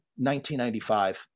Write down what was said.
1995